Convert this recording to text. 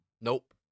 Nope